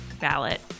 ballot